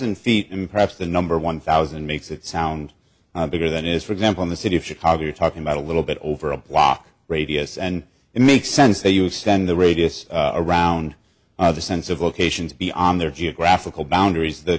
thousand feet and perhaps the number one thousand makes it sound i'm bigger than it is for example in the city of chicago you're talking about a little bit over a block radius and it makes sense that you send the radius around other sense of locations be on their geographical boundaries the